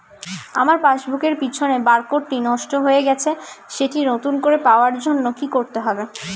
আমার পাসবুক এর পিছনে বারকোডটি নষ্ট হয়ে গেছে সেটি নতুন করে পাওয়ার জন্য কি করতে হবে?